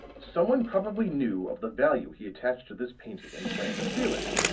someone probably knew of the value he attached to this painting and planned to steal it,